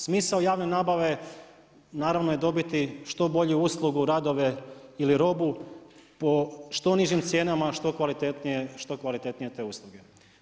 Smisao javne nabave naravno je dobiti što bolju uslugu, radove ili robu po što nižim cijenama a što kvalitetnije te usluge.